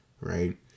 right